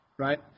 Right